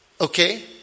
Okay